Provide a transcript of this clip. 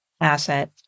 asset